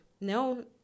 no